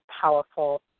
powerful